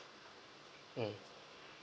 um